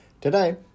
Today